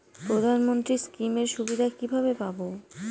প্রধানমন্ত্রী স্কীম এর সুবিধা কিভাবে পাবো?